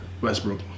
Westbrook